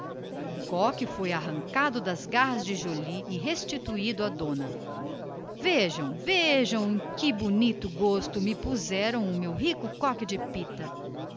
o coque foi arrancado das garras do joli e restituído à dona vejam vejam em que bonito gosto me puseram o meu coque de pita